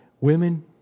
women